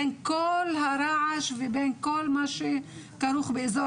בין כל הרעש ובין כל מה שכרוך באזור